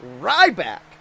Ryback